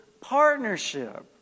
partnership